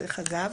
דרך אגב,